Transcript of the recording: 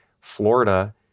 Florida